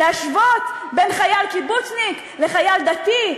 להשוות בין חייל קיבוצניק לחייל דתי,